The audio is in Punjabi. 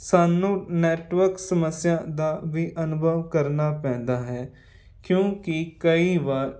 ਸਾਨੂੰ ਨੈਟਵਰਕ ਸਮੱਸਿਆ ਦਾ ਵੀ ਅਨੁਭਵ ਕਰਨਾ ਪੈਂਦਾ ਹੈ ਕਿਉਂਕਿ ਕਈ ਵਾਰ